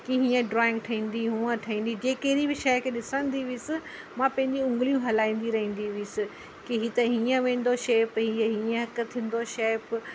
की हीअं ड्रॉइंग ठहंदी हूअं ठहंदी जीअं कहिड़ी बि शइ खे ॾिसंदी हुअसि मां पंहिंजी उंगलियूं हलाईंदी रहंदी हुअसि की हीउ त हीअं वेंदो शेप हीउ हीअं थींदो शेप